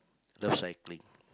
love cycling